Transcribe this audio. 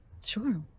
Sure